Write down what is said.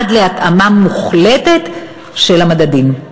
עד להתאמה מוחלטת של המדדים.